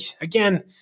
again